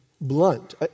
blunt